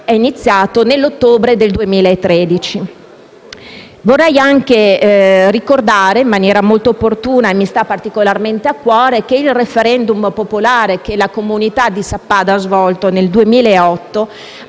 è iniziato nell'ottobre del 2013 e vorrei anche ricordare in maniera molto opportuna - mi sta particolarmente a cuore - che il *referendum* popolare che la comunità di Sappada ha svolto nel 2008 ha